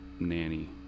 nanny